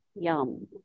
yum